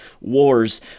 Wars